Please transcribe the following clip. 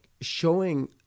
showing